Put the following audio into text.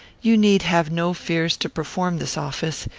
you need have no fears to perform this office.